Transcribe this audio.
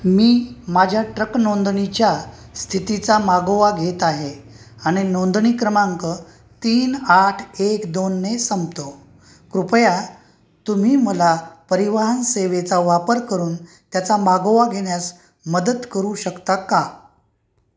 मी माझ्या ट्रक नोंदणीच्या स्थितीचा मागोवा घेत आहे आणि नोंदणी क्रमांक तीन आठ एक दोनने संपतो कृपया तुम्ही मला परिवहन सेवेचा वापर करून त्याचा मागोवा घेण्यास मदत करू शकता का